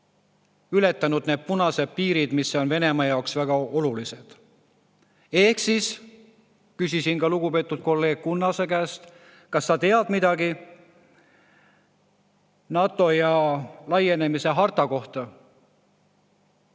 ületanud need punased piirid, mis on Venemaa jaoks väga olulised. Küsisin ka lugupeetud kolleegi Kunnase käest: "Kas sa tead midagi NATO laienemise harta kohta?"